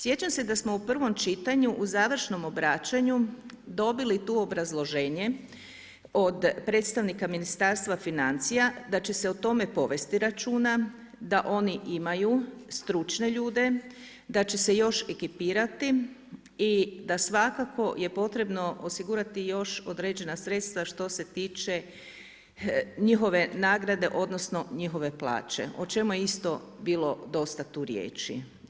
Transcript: Sjećam se da smo u prvom čitanju u završnom obraćanju dobili tu obrazloženje, od predstavnika ministarstva financija, da će se o tome povesti računa, da oni imaju stručne ljude, da će se još ekipirati i da svakako je potrebno osigurati još određena sredstva što se tiče njihove nagrade, odnosno, njihove plaće, o čemu je isto bilo dosta tu riječi.